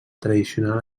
tradicional